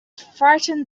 frightened